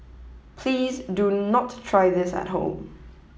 please do not try this at home